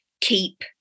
keep